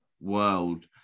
World